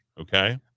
Okay